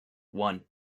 one